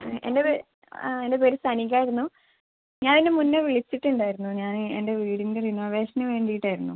എൻ്റെ പേ ആ എൻ്റെ പേര് സനികായിരുന്നു ഞാൻ ഇതിന് മുന്നേ വിളിച്ചിട്ടുണ്ടായിരുന്നു ഞാൻ എൻ്റെ വീടിൻ്റെ റിനോവേഷന് വേണ്ടീട്ടായിരുന്നു